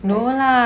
no lah